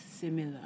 similar